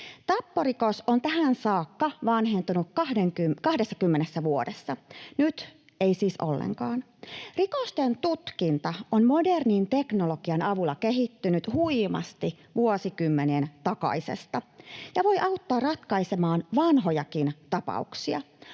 Tapporikos on tähän saakka vanhentunut 20 vuodessa, nyt ei siis ollenkaan. Rikosten tutkinta on modernin teknologian avulla kehittynyt huimasti vuosikymmenien takaisesta ja voi auttaa ratkaisemaan vanhojakin tapauksia.